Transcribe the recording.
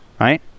right